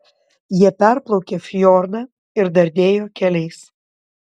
jie perplaukė fjordą ir dardėjo keliais